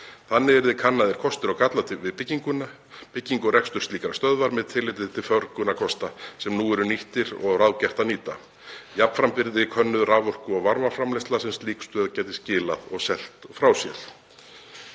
Þannig yrðu kannaðir kostir og gallar við byggingu og rekstur slíkrar stöðvar með tilliti til förgunarkosta sem nú eru nýttir og ráðgert er að nýta. Jafnframt yrði könnuð raforku- og varmaframleiðsla sem slík stöð gæti skilað og selt frá sér.